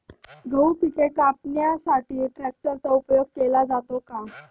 गहू पिके कापण्यासाठी ट्रॅक्टरचा उपयोग केला जातो का?